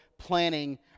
Planning